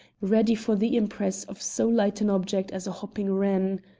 ready for the impress of so light an object as a hopping wren.